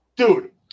Dude